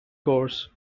course